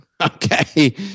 Okay